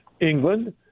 England